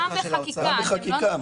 גם בחקיקה.